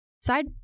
side